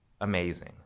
amazing